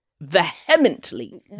vehemently